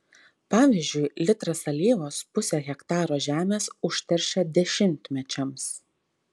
pavyzdžiui litras alyvos pusę hektaro žemės užteršia dešimtmečiams